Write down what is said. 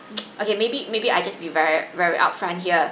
okay maybe maybe I just be very very upfront here